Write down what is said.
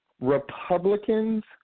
Republicans